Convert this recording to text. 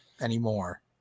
anymore